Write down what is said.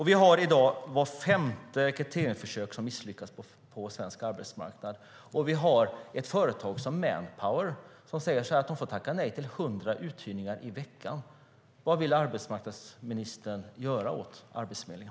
I dag misslyckas vart femte rekryteringsförsök på svensk arbetsmarknad. Vi har ett företag som Manpower som säger att de får tacka nej till hundra uthyrningar i veckan. Vad vill arbetsmarknadsministern göra åt Arbetsförmedlingen?